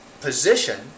position